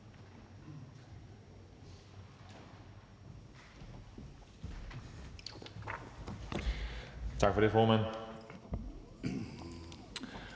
Tak for det, formand.